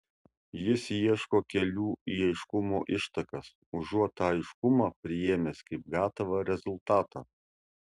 jis ieško kelių į aiškumo ištakas užuot tą aiškumą priėmęs kaip gatavą rezultatą